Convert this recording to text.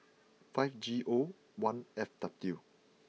five G O one F W